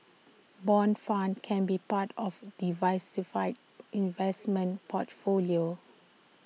Bond funds can be part of diversified investment portfolio